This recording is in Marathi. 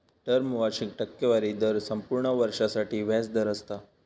टर्म वार्षिक टक्केवारी दर संपूर्ण वर्षासाठी व्याज दर असता